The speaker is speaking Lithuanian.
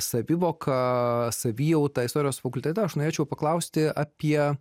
savivoką savijautą istorijos fakultete aš norėčiau paklausti apie